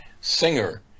singer